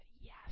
yes